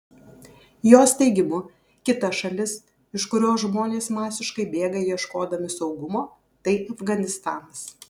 jos teigimu kita šalis iš kurios žmonės masiškai bėga ieškodami saugumo tai afganistanas